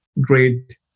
great